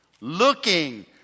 Looking